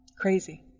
Crazy